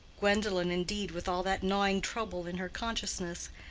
gwendolen, indeed, with all that gnawing trouble in her consciousness,